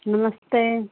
नमस्ते